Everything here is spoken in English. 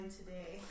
today